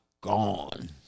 gone